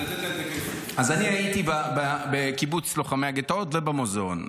אז אני הייתי בקיבוץ לוחמי הגטאות ובמוזיאון.